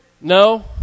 no